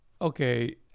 okay